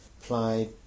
applied